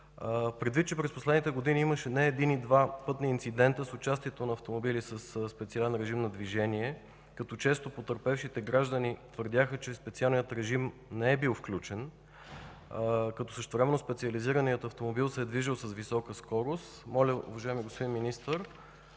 Предвид, че през последните години имаше не един и два пътни инцидента с участието на автомобили със специален режим на движение, като често потърпевшите граждани твърдяха, че специалният режим не е бил включен, като същевременно специализираният автомобил се е движел с висока скорост, моля, уважаеми господин Министър,